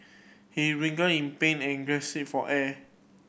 he in pain and for air